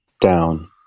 Down